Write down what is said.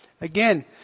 Again